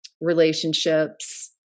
relationships